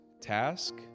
task